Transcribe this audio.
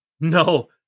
No